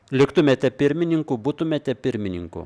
liktumėte pirmininku būtumėte pirmininku